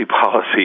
policy